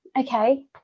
okay